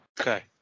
okay